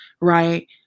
right